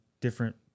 different